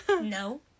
No